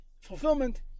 fulfillment